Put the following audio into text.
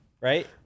right